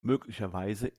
möglicherweise